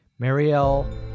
Marielle